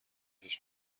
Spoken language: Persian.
بهش